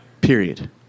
Period